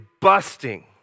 busting